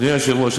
אדוני היושב-ראש,